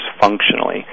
functionally